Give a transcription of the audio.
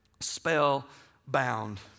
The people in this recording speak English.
spellbound